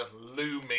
looming